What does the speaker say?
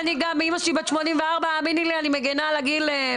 אימא שלי בת 84. האמיני לי, אני מגנה על הגיל.